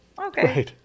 Okay